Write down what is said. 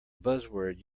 buzzword